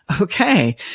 okay